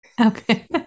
Okay